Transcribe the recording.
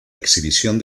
exhibición